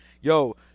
yo